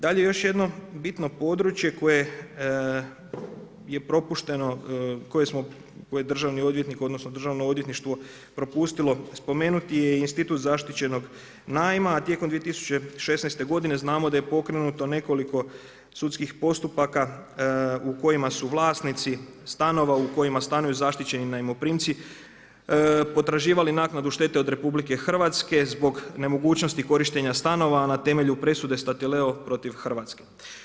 Dalje, još jedno bitno područje koje je propušteno, koje je državni odvjetnik, odnosno Državno odvjetništvo propustilo spomenuti je Institut zaštićenog najma, a tijekom 2016. g. znamo da je pokrenuto nekoliko sudskih postupaka, u kojima su vlasnici stanova u kojima stanuju zaštićeni najmoprimci, potraživali naknadu štete od RH zbog nemogućnosti korištenje stanova, a na temelju presude stati Lelo protiv Hrvatske.